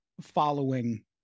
following